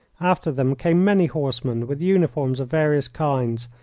after them came many horsemen with uniforms of various kinds,